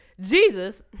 Jesus